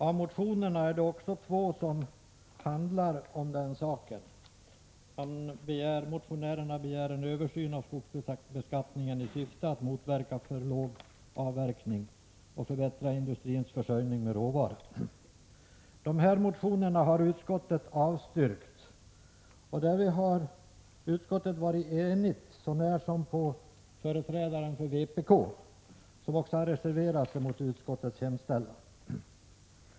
Av motionerna är det också två som handlar om virkesbristen. Motionärerna begär en översyn av skogsbeskattningen i syfte att motverka den för låga avverkningen och förbättra industrins försörjning med råvara. De här motionerna har utskottet avstyrkt. Därvid har utskottet varit enigt, så när som på företrädaren för vpk, som reserverat sig mot utskottets hemställan.